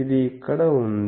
ఇది ఇక్కడ ఉంది